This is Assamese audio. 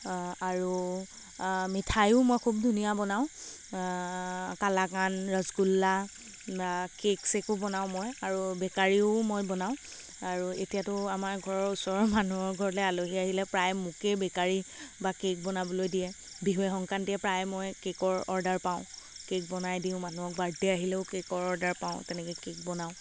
আৰু মিঠায়ো মই খুব ধুনীয়া বনাওঁ কালাকান ৰসগোল্লা কেক চেকো বনাওঁ মই আৰু বেকাৰীও মই বনাওঁ আৰু এতিয়াতো আমাৰ ঘৰৰ ওচৰৰ মানুহৰ ঘৰলে আলহী আহিলে প্ৰায় মোকে বেকাৰী বা কেক বনাবলৈ দিয়ে বিহুৱে সংক্ৰান্তিয়ে প্ৰায়ে মই কেকৰ অৰ্ডাৰ পাওঁ কেক বনাই দিওঁ মানুহক বাৰ্থডে আহিলেও কেকৰ অৰ্ডাৰ পাওঁ তেনেকে কেক বনাওঁ